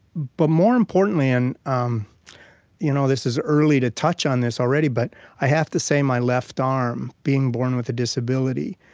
but more importantly and um you know this is early to touch on this, already but i have to say my left arm, being born with a disability,